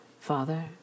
Father